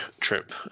trip